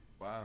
Wow